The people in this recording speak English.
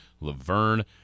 Laverne